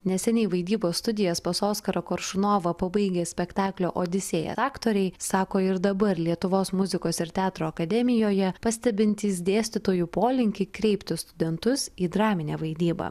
neseniai vaidybos studijas pas oskarą koršunovą pabaigę spektaklio odisėja aktoriai sako ir dabar lietuvos muzikos ir teatro akademijoje pastebintys dėstytojų polinkį kreipti studentus į draminę vaidybą